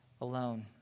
alone